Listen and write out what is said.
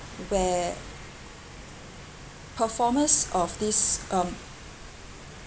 where performers of this um